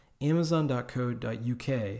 Amazon.co.uk